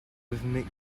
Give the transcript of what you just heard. rhythmic